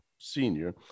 senior